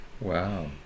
wow